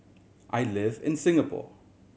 I live in Singapore